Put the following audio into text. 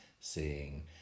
seeing